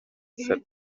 said